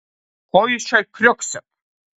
ko jūs čia kriuksit